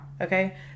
okay